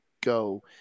go